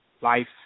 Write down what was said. Life